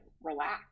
relax